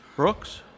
Brooks